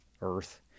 earth